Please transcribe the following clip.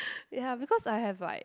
ya because I have like